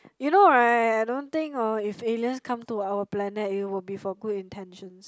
you know right I don't think hor if aliens come to our planet it will be for good intentions